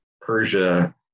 Persia